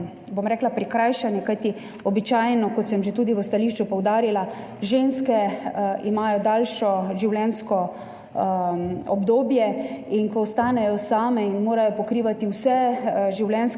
so izjemno prikrajšane, kajti običajno, kot sem že tudi v stališču poudarila, imajo ženske daljšo življenjsko dobo in ko ostanejo same in morajo pokrivati vse življenjske